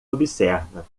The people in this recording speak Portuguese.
observa